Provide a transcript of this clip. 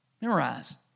Memorize